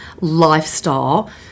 lifestyle